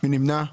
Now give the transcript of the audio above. מי נמנע?